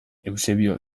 eusebio